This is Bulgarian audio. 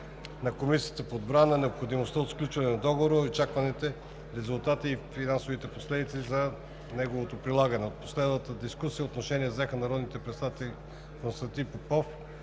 на Комисията по отбрана необходимостта от сключване на договора и очакваните резултати и финансови последици от неговото прилагане. В последвалата дискусия отношение взеха народните представители Константин Попов,